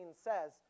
says